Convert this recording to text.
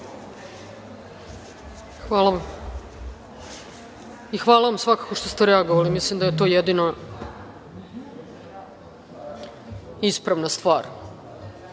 Hvala vam. Hvala vam, svakako što ste reagovali. Mislim da je to jedina ispravna stvar.